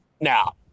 now